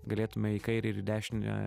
galėtume į kairę ir į dešinę